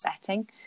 setting